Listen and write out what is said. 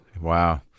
wow